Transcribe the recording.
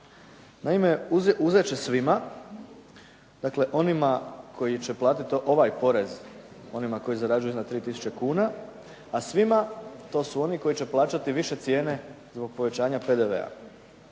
Naime, uzet će svima, dakle onima koji će platiti ovaj porez, onima koji zarađuju iznad 3 000 kuna, a svima, to su oni koji će plaćati više cijene zbog povećanja PDV-a,